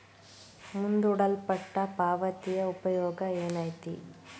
ಮುಂದೂಡಲ್ಪಟ್ಟ ಪಾವತಿಯ ಉಪಯೋಗ ಏನೈತಿ